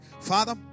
Father